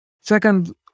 Second